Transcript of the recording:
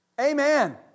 Amen